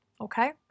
okay